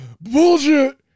Bullshit